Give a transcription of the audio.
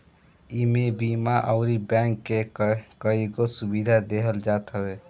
इमे बीमा अउरी बैंक के कईगो सुविधा देहल जात हवे